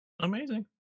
Amazing